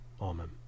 Amen